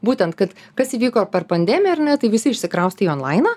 būtent kad kas įvyko per pandemiją ar ne tai visi išsikraustė į onlainą